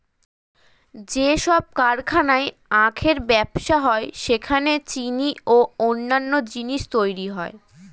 যেসব কারখানায় আখের ব্যবসা হয় সেখানে চিনি ও অন্যান্য জিনিস তৈরি হয়